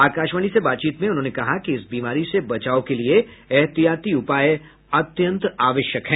आकाशवाणी से बातचीत में उन्होंने कहा कि इस बीमारी से बचाव के लिए ऐहतियाती उपाय अत्यंत आवश्यक हैं